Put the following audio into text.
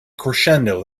crescendo